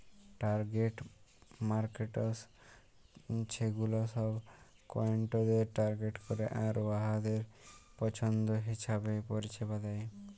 target markets ছেগুলা ছব ক্লায়েন্টদের টার্গেট ক্যরে আর উয়াদের পছল্দ হিঁছাবে পরিছেবা দেয়